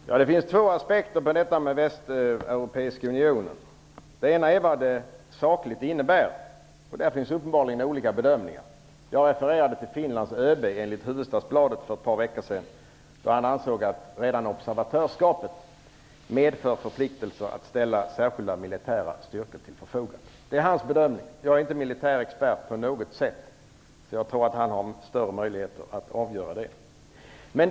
Fru talman! Det finns två aspekter på frågan om Västeuropeiska unionen. Det ena är vad den sakligt innebär. Där finns uppenbarligen olika bedömningar. Jag refererade till Finlands ÖB enligt Hufvudstadsbladet för ett par veckor sedan, där han ansåg att redan observatörsskapet medför förpliktelser att ställa särskilda militära styrkor till förfogande. Det är hans bedömning. Jag är inte militär expert på något sätt, och jag tror att han har större möjligheter att avgöra den frågan.